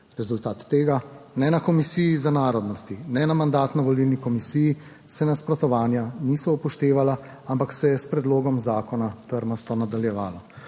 Rezultat tega je, da se ne na Komisiji za narodnosti ne na Mandatno-volilni komisiji nasprotovanja niso upoštevala, ampak se je s predlogom zakona trmasto nadaljevalo.